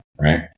Right